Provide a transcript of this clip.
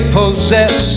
possess